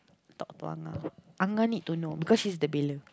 talk to Ah-Ngah Ah-Ngah need to know because she's the bailer